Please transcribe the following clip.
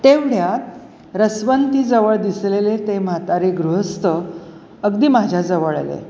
तेवढ्यात रसवंतीजवळ दिसलेले ते म्हातारे गृहस्थ अगदी माझ्याजवळ आले